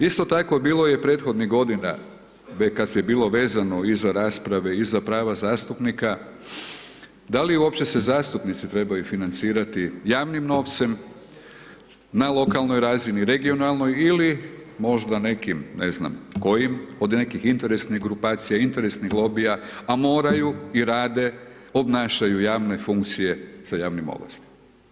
Isto tako, bilo je i prethodnih godina, kad je bilo vezano i za rasprave, i za prava zastupnika, da li uopće se zastupnici trebaju financirati javnim novcem, na lokalnoj razini, regionalnoj, ili možda nekim, ne znam kojim, od nekih interesnih grupacija, interesnih lobija, a moraju i rade, obnašaju javne funkcije sa javnim ovlastima.